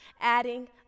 adding